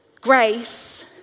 grace